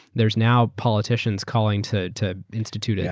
there's now politicians calling to to institute. yeah